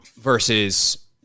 versus